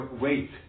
Wait